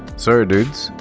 sorry, dudes.